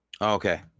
Okay